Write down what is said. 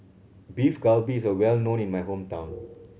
Beef Galbi is a well known in my hometown